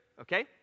Okay